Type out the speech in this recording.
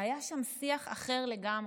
והיה שם שיח אחר לגמרי,